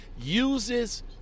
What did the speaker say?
uses